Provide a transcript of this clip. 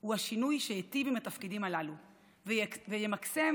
הוא השינוי שייטיב עם התפקידים הללו וימקסם